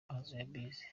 mpozembizi